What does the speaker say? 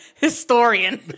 historian